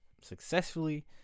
successfully